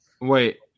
Wait